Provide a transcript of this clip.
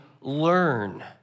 learn